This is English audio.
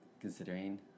Considering